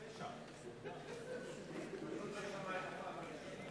חבר הכנסת יואל חסון.